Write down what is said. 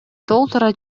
толтура